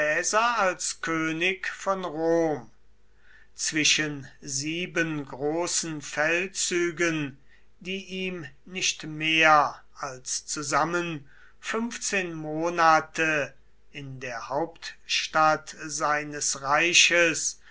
als könig von rom zwischen sieben großen feldzügen die ihm nicht mehr als zusammen fünfzehn monate in der hauptstadt seines reiches